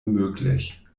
möglich